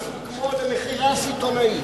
כמו במכירה סיטונית.